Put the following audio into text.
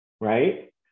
right